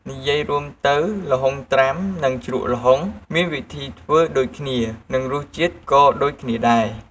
និយាយរួមទៅល្ហុងត្រាំនិងជ្រក់ល្ហុងមានវិធីធ្វើដូចគ្នា និងរសជាតិក៏ដូចគ្នាដែរ។